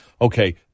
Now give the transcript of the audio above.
okay